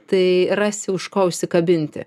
tai rasi už ko užsikabinti